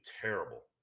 terrible